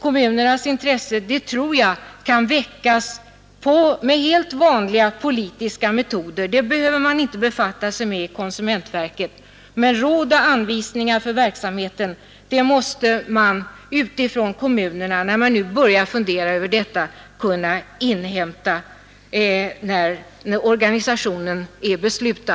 Kommunernas intresse tror jag kan väckas med helt vanliga politiska metoder — det behöver inte konsumentverket befatta sig med — men råd och anvisningar för verksamheten måste man från kommunerna kunna inhämta när organisationen är beslutad och man börjar fundera över detta.